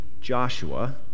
Joshua